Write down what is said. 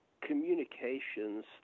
communications